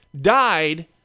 died